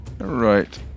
Right